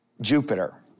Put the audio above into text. Jupiter